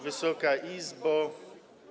Wysoka Izbo.